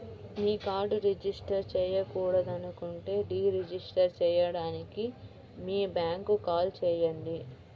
మీ కార్డ్ను రిజిస్టర్ చేయకూడదనుకుంటే deregister చేయడానికి మీ బ్యాంక్కు కాల్ చేయండి